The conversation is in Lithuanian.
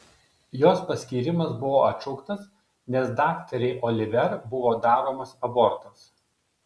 jos paskyrimas buvo atšauktas nes daktarei oliver buvo daromas abortas